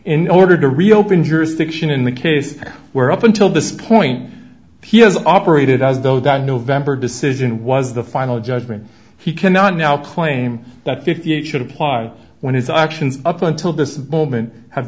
in order to reopen jurisdiction in the case where up until this point he has operated as though that november as in was the final judgment he cannot now claim that fifty eight should apply when his actions up until this moment have